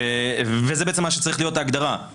וזה מה שצריכה להיות ההגדרה.